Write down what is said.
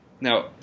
Now